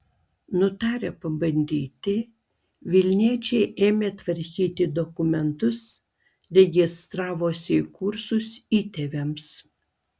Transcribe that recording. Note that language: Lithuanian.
nutarę pabandyti vilniečiai ėmė tvarkyti dokumentus registravosi į kursus įtėviams